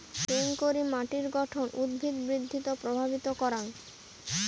কেঙকরি মাটির গঠন উদ্ভিদ বৃদ্ধিত প্রভাবিত করাং?